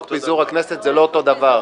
חוק פיזור הכנסת זה לא אותו דבר,